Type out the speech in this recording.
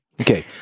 Okay